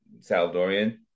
Salvadorian